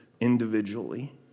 individually